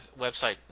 website